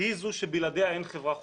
היא זו שבלעדיה אין חברה חופשית,